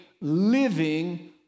living